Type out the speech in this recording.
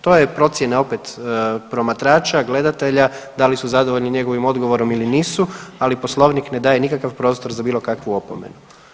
To je procjena opet promatrača, gledatelja, da li su zadovoljni njegovim odgovorom ili nisu, ali Poslovnik ne daje nikakav prostor za bilo kakvu opomenu.